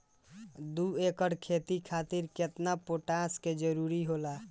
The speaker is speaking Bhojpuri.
दु एकड़ खेती खातिर केतना पोटाश के जरूरी होला?